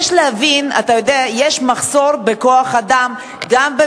בדרך כלל היא מאפשרת גם את קיום התהלוכות אם אין סכנה לציבור.